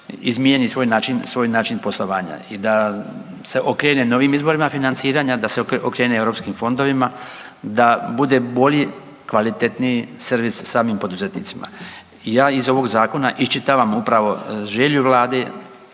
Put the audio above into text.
izmijeni svoj način poslovanja i da se okrene novim izvorima financiranja, da se okrene Europskim fondovima, da bude bolji, kvalitetniji servis samim poduzetnicima. Ja iz ovog zakona iščitavam upravo želju Vlade